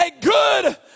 good